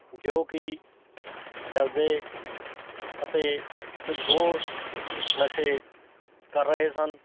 ਜੋ ਕਿ ਜਰਦੇ ਅਤੇ ਕੁਝ ਹੋਰ ਨਸ਼ੇ ਕਰ ਰਹੇ ਸਨ